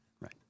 Right